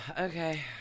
okay